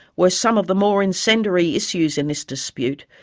were some of the more incendiary issues in this dispute,